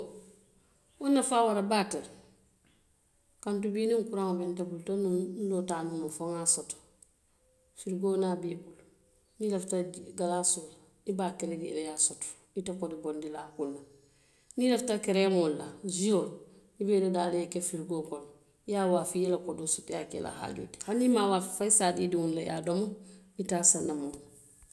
Wo nafaa warata baa le kaatu niŋ kuraŋo be nte bulu, tonbii n ŋa wo taamandi fo n ŋa a soto firikoo niŋ a be i bulu niŋ i lafita kalaasoo la i be a ke la jee le i ye a soto i te kodi bondi la a kunna, niŋ i lafita kereemoo la, sio i be i dadaa la i ye ke firikoo kono i ye a waafi i ye i la kodoo soto, i ye a ke i la haajoo ti hani i maŋ a waafi faŋ i si a dii i diŋolu la i ye a domo ni te a saŋ na moo ma.